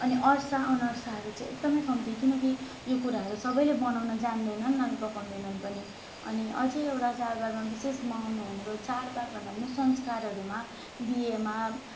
अनि अर्सा अनर्साहरू चाहिँ एकदमै कम्ती किनकि यो कुराहरू सबैले बनाउन जान्दैनन् अनि पकाउँदैनन् पनि अनि अझै एउटा चाडबाडमा विशेष मनाउनु भनेको चाडबाड भन्दा पनि संस्कारहरूमा बिहेमा